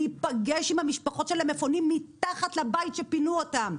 להיפגש עם המשפחות של המפונים מתחת לבית שפינו אותם,